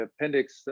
appendix